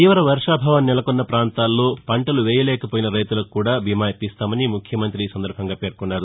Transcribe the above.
తీవ వర్షాభావం నెలకొన్న పాంతాల్లో పంటలు వేయలేకపోయిన రైతులకు కూడా బీమా ఇప్పిస్తామని ముఖ్యమంతి పేర్కొన్నారు